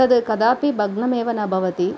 तत् कदापि भग्नमेव न भवति